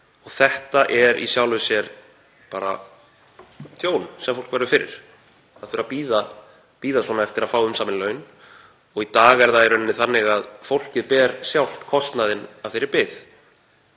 Það er í sjálfu sér bara tjón sem fólk verður fyrir, að það þarf að bíða eftir að fá umsamin laun. Í dag er það í rauninni þannig að fólkið ber sjálft kostnaðinn af þeirri bið.